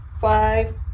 five